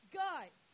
guys